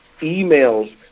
emails